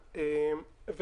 בילינסון,